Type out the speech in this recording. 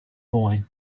boy